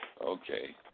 Okay